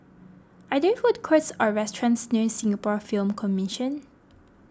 are there food courts or restaurants near Singapore Film Commission